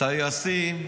טייסים וכו'